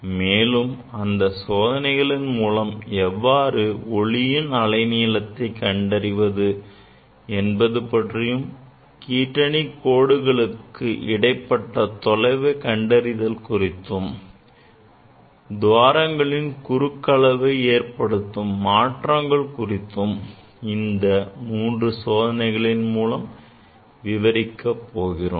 மேலும் இந்த சோதனைகளின் மூலம் எவ்வாறு ஒளியின் அலை நீளத்தை கண்டறிவது என்பது பற்றியும் கீற்றணி கோடுகளுக்கு இடைப்பட்ட தொலைவு கண்டறிதல் குறித்தும் துவாரங்களின் குறுக்கு அளவு ஏற்படுத்தும் மாற்றம் குறித்தும் இந்த மூன்று சோதனைகள் மூலம் விவரிக்க போகிறோம்